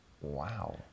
Wow